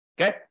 Okay